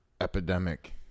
epidemic